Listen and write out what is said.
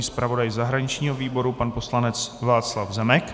Nejprve zpravodaj zahraničního výboru pan poslanec Václav Zemek.